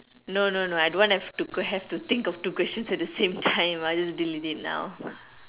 no no no I don't want have to have to think of two questions at the same time I'll just delete it now